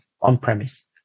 on-premise